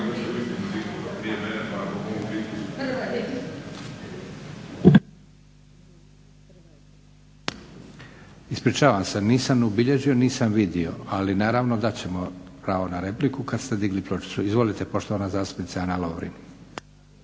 Ispričavam se nisam ubilježio, nisam vidio, ali naravno dat ćemo pravo na repliku kada ste digli pločicu. Izvolite poštovana zastupnice Ana Lovrin.